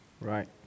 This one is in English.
Right